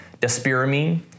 despiramine